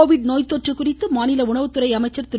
Covid நோய்த்தொற்று குறித்து மாநில உணவுத்துறை அமைச்சர் திரு